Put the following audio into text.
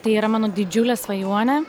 tai yra mano didžiulė svajonė